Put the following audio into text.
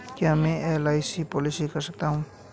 क्या मैं LIC policy कर सकता हूं?